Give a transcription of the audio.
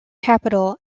capital